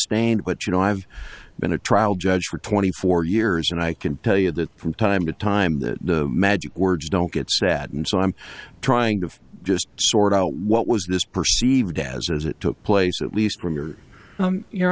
sustained but you know i've been a trial judge for twenty four years and i can tell you that from time to time the magic words don't get sad and so i'm trying to just sort out what was this perceived as it took place at least from your your